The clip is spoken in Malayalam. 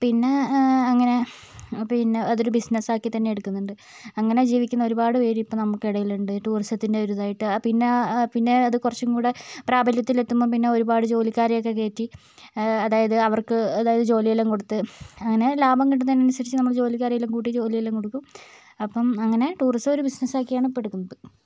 പിന്നെ അങ്ങനെ പിന്നെ അതൊരു ബിസിനസ്സ് ആക്കി തന്നെ എടുക്കുന്നുണ്ട് അങ്ങനെ ജീവിക്കുന്ന ഒരുപാട് പേർ ഇപ്പം നമുക്കിടയിലുണ്ട് ടൂറിസത്തിൻ്റെ ഒരു ഇതായിട്ട് പിന്നെ ആ പിന്നെ അത് കുറച്ചും കൂടെ പ്രാബല്യത്തിൽ എത്തുമ്പം പിന്നെ ഒരുപാട് ജോലിക്കാരെ ഒക്കെ കയറ്റി അതായത് അവർക്ക് അതായത് ജോലിയെല്ലാം കൊടുത്ത് അങ്ങനെ ലാഭം കിട്ടുന്നതിനനുസരിച്ച് നമ്മൾ ജോലിക്കാരെയെല്ലാം കൂട്ടി ജോലിയെല്ലാം കൊടുക്കും അപ്പം അങ്ങനെ ടൂറിസം ഒരു ബിസിനസ്സ് ആക്കിയാണ് ഇപ്പം എടുക്കുന്നത്